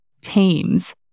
teams